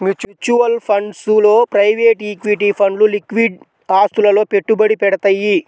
mutual funds లో private equity ఫండ్లు liquid ఆస్తులలో పెట్టుబడి పెడతయ్యి